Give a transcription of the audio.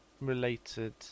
related